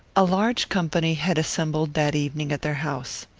a large company had assembled that evening at their house.